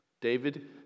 David